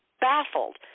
baffled